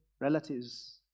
relatives